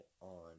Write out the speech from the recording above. on